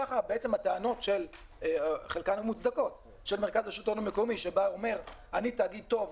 ככה הטענות המוצדקות בחלקן של מרכז השלטון המקומי שאומר: אני תאגיד טוב,